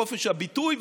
חופש הביטוי,